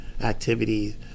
activities